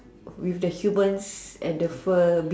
with the humans and the firm